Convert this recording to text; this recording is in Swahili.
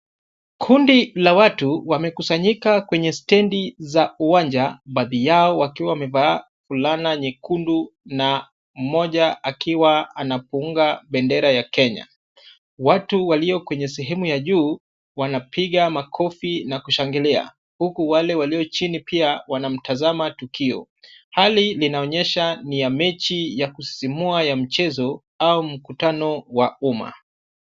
Kundi la watu wamekusanyika kwenye stendi za uwanja, baadhi yao wakiwa wamevaa fulana nyekundu na mmoja akiwa anapunga bendera ya Kenya. Watu walio kwenye sehemu ya juu wanapiga makofi na kushangilia huku wale walio chini pia wanamtazama tukio. Hali linaonyesha ni ya mechi ya kusisimua ya mchezo, au mkutano wa umma.